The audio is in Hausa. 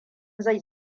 zai